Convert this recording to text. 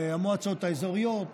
המועצות האזוריות,